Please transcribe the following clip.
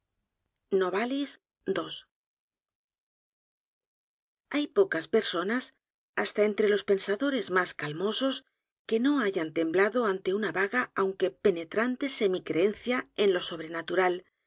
no hay pocas personas hasta entre los pensadores más calmosos que no hayan temblado ante una vaga aunque penetrante semi creencia en lo sobrenatural